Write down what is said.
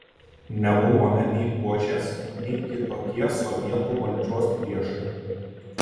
nebuvome nei buožės nei kitokie sovietų valdžios priešai